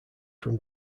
from